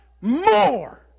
more